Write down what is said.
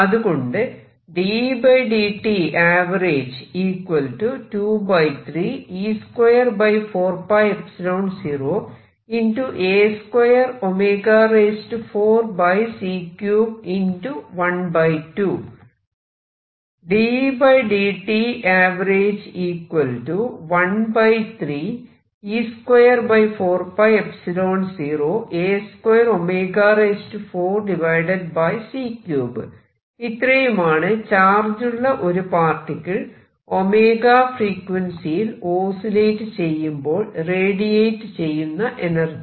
അതുകൊണ്ട് ഇത്രയുമാണ് ചാർജുള്ള ഒരു പാർട്ടിക്കിൾ 𝜔 ഫ്രീക്വൻസിയിൽ ഓസിലേറ്റ് ചെയ്യുമ്പോൾ റേഡിയേറ്റ് ചെയ്യുന്ന എനർജി